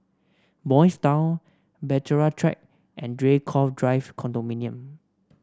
Boys' Town Bahtera Track and Draycott Drive Condominium